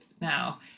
now